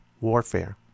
warfare